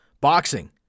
boxing